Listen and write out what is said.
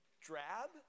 drab